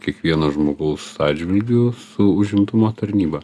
kiekvieno žmogaus atžvilgiu su užimtumo tarnyba